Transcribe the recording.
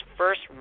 first